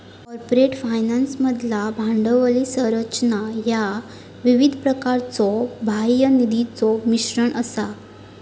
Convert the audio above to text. corporate फायनान्समधला भांडवली संरचना ह्या विविध प्रकारच्यो बाह्य निधीचो मिश्रण असा